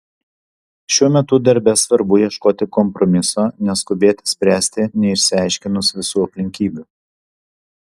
šiuo metu darbe svarbu ieškoti kompromiso neskubėti spręsti neišsiaiškinus visų aplinkybių